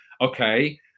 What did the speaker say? okay